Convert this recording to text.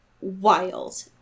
wild